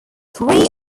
three